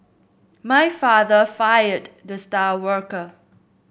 my father fired the star worker